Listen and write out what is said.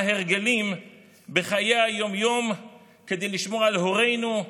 הרגלים בחיי היום-יום כדי לשמור על הורינו,